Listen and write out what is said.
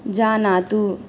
जानातु